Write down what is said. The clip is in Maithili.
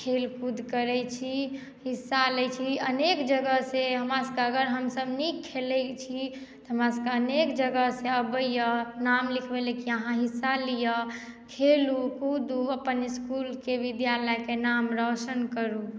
खेलकूद करैत छी हिस्सा लैत छी अनेक जगहसँ हमरासभकेँ अगर हमसभ नीक खेलैत छी तऽ हमरासभकेँ अनेक जगहसँ अबैए नाम लिखबै लेल कि अहाँ हिस्सा लिअ खेलू कूदू अपन इस्कुलके विद्यालयके नाम रौशन करू